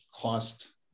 cost